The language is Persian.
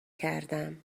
کردم